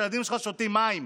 הילדים שלך שותים מים,